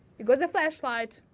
you go with a flashlight,